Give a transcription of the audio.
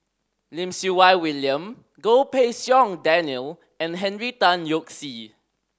Lim Siew Wai William Goh Pei Siong Daniel and Henry Tan Yoke See